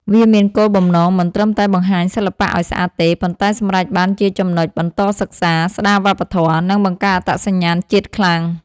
វាមានគោលបំណងមិនត្រឹមតែបង្ហាញសិល្បៈឲ្យស្អាតទេ ប៉ុន្តែសម្រេចបានជាចំណុចបន្តសិក្សា ស្តារវប្បធម៌ និងបង្កើតអត្តសញ្ញាណជាតិខ្លាំង។